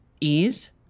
ease